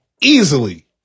easily